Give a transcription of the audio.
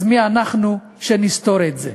אז מי אנחנו שנסתור את זה?